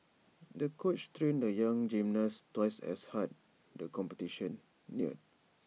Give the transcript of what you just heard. the coach trained the young gymnast twice as hard the competition neared